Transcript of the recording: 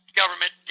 government